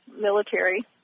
military